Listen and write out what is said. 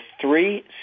three